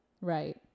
right